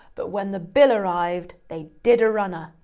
but when the bill arrived, they did a runner.